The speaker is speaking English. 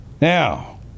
Now